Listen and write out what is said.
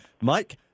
mike